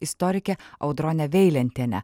istorike audrone veilentiene